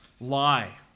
lie